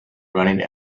running